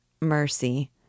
mercy